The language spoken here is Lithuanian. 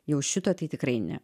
jau šito tai tikrai ne